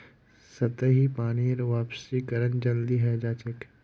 सतही पानीर वाष्पीकरण जल्दी हय जा छे